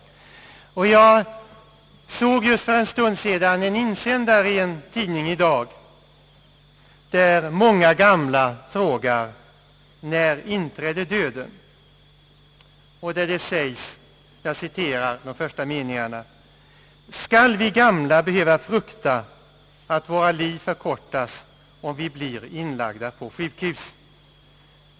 Jag såg för en stund sedan en insändare i en tidning i dag, där många gamla frågar: »När inträder döden?» De säger bl.a. följande: »Skall vi gamla behöva frukta att våra liv förkortas, om vi blir inlagda på sjukhus?